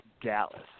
Dallas